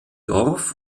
dorf